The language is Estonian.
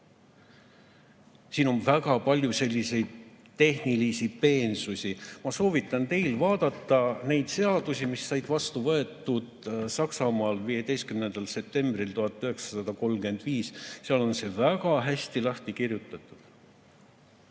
Siin on väga palju selliseid tehnilisi peensusi. Ma soovitan teil vaadata neid seadusi, mis said vastu võetud Saksamaal 15. septembril 1935. Seal on see väga hästi lahti kirjutatud.